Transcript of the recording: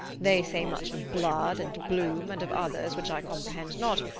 they say much of blood and bloom, and of others which i comprehend not,